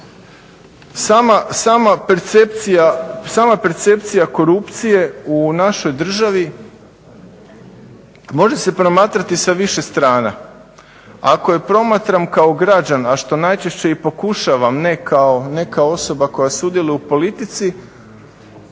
sama percepcija korupcije u našoj državi može se promatrati sa više strana. Ako je promatram kao građan a što najčešće i pokušavam ne kao osoba koja sudjeluje u politici